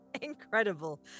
Incredible